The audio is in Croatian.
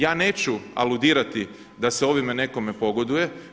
Ja neću aludirati da se ovime nekome pogoduje.